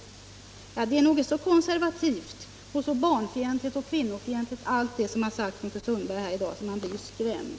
Allt det som fru Sundberg har sagt i dag är så konservativt och barnfientligt och kvinnofientligt att man blir skrämd.